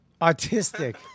Autistic